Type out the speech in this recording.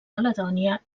caledònia